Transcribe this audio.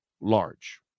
large